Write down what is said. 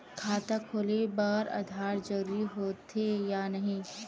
खाता खोले बार आधार जरूरी हो थे या नहीं?